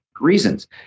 reasons